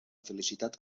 felicitat